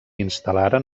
instal·laren